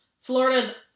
Florida's